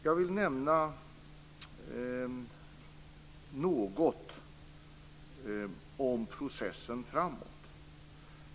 Jag vill nämna något om processen framåt.